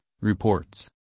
reports